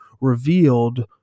revealed